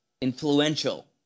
influential